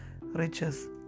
riches